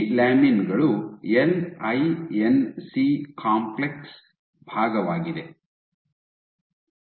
ಈ ಲ್ಯಾಮಿನ್ ಗಳು L I N C complex ಭಾಗವಾಗಿದೆ